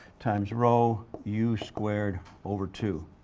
times row u squared over two.